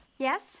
Yes